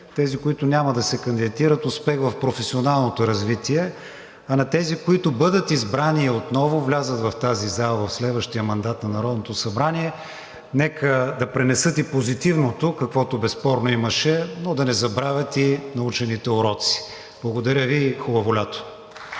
Тези, които няма да се кандидатират, успех в професионалното развитие. А на тези, които бъдат избрани и отново влязат в тази зала в следващия мандат на Народното събрание, нека да пренесат и позитивното, каквото безспорно имаше, но да не забравят и научените уроци. Благодаря Ви и хубаво лято!